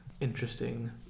Interesting